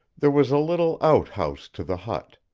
there was a little out-house to the hut,